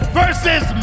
versus